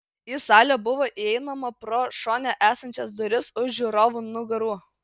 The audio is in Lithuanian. į salę buvo įeinama pro šone esančias duris už žiūrovų nugarų